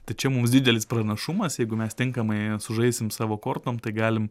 tai čia mums didelis pranašumas jeigu mes tinkamai sužaisim savo kortom tai galim